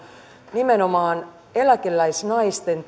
nimenomaan eläkeläisnaisten